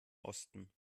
osten